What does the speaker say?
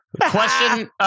Question